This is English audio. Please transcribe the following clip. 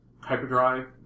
hyperdrive